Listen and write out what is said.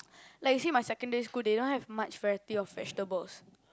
like you see my secondary school they don't have much variety of vegetables